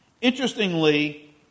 Interestingly